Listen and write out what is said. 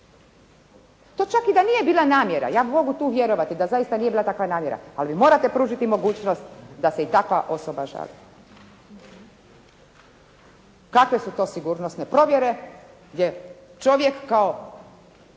To čak i da nije bila namjera, ja mogu tu vjerovati da zaista nije bila takva namjera, ali vi morate pružiti mogućnost da se i takva osoba žali. Kakve su to sigurnosne provjere, gdje čovjek kao